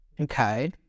Okay